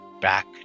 back